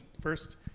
first